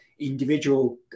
Individual